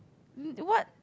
what